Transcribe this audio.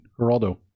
Geraldo